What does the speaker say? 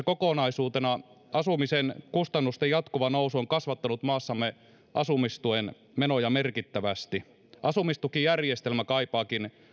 kokonaisuutena asumisen kustannusten jatkuva nousu on kasvattanut maassamme asumistuen menoja merkittävästi asumistukijärjestelmä kaipaakin